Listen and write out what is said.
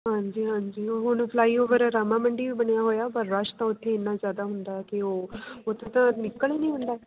ਹਾਂਜੀ ਹਾਂਜੀ ਉਹ ਹੁਣ ਫਲਾਈ ਓਵਰ ਰਾਮਾ ਮੰਡੀ ਵੀ ਬਣਿਆ ਹੋਇਆ ਪਰ ਰਸ਼ ਤਾਂ ਉੱਥੇ ਇੰਨਾ ਜ਼ਿਆਦਾ ਹੁੰਦਾ ਕਿ ਉਹ ਉੱਥੋਂ ਤਾਂ ਨਿਕਲ ਹੀ ਨਹੀਂ ਹੁੰਦਾ